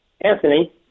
anthony